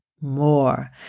more